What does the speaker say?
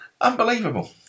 Unbelievable